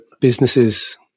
businesses